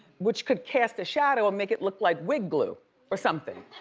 which could cast a shadow and make it look like wig glue or something.